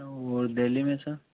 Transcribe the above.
और दिल्ली में सर